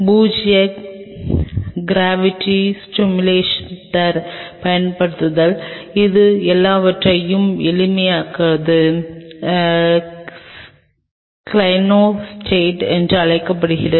பூஜ்ஜிய க்ராவிட்டி சிமுலேட்டரைப் பயன்படுத்துதல் இது எல்லாவற்றிலும் எளிமையானது கிளினோஸ்டாட் என்று அழைக்கப்படுகிறது